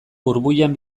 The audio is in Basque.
burbuilan